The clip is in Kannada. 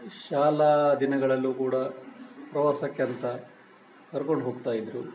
ಶಾಲಾ ದಿನಗಳಲ್ಲೂ ಕೂಡ ಪ್ರವಾಸಕ್ಕೆಂತ ಕರ್ಕೊಂಡು ಹೋಗ್ತಾಯಿದ್ದರು